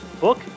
book